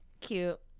Cute